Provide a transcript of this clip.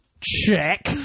check